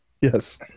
Yes